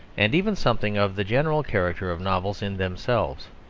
and even something of the general character of novels in themselves.